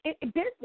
business